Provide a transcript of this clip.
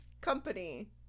company